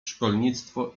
szkolnictwo